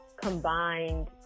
combined